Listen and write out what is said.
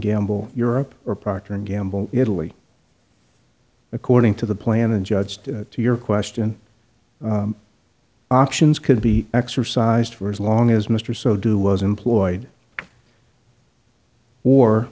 gamble europe or procter and gamble italy according to the plan and judged to your question options could be exercised for as long as mr so do was employed or